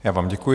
Já vám děkuji.